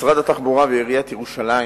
משרד התחבורה ועיריית ירושלים